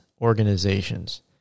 organizations